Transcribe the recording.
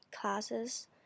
classes